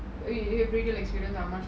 you you have radio experience ah ma's shop